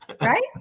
right